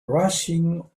rushing